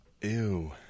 Ew